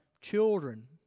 children